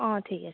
অ ঠিক আছে